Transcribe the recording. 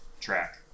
track